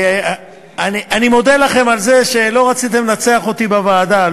ואני מודה לכם על זה שלא רציתם לנצח אותי בוועדה,